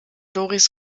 doris